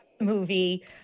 movie